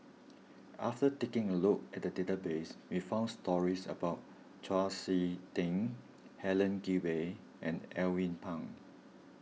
after taking a look at the database we found stories about Chau Sik Ting Helen Gilbey and Alvin Pang